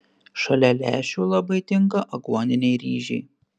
šalia lęšių labai tinka aguoniniai ryžiai